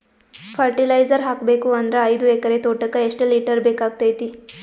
Fertiliser ಹಾಕಬೇಕು ಅಂದ್ರ ಐದು ಎಕರೆ ತೋಟಕ ಎಷ್ಟ ಲೀಟರ್ ಬೇಕಾಗತೈತಿ?